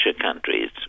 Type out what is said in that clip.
countries